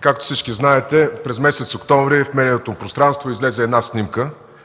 Както всички знаете, през месец октомври в медийното пространство излезе една снимка,